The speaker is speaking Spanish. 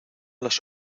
las